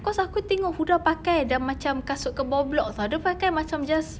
cause aku tengok huda pakai sudah macam kasut ke bawah blok [tau] dia pakai macam just